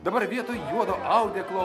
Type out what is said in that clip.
dabar vietoj juodo audeklo